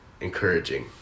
encouraging